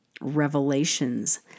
revelations